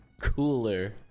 cooler